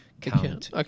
count